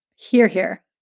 hear, hear.